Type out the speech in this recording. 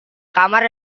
kamar